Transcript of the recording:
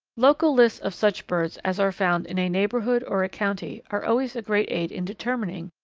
local lists of such birds as are found in a neighbourhood, or a county, are always a great aid in determining,